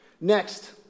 Next